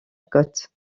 côte